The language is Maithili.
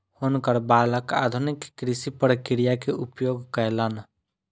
हुनकर बालक आधुनिक कृषि प्रक्रिया के उपयोग कयलैन